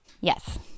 Yes